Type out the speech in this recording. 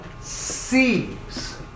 sees